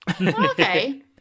Okay